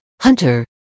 hunter